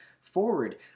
forward